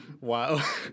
Wow